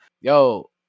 yo